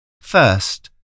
First